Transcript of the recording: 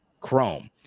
Chrome